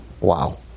Wow